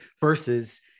Versus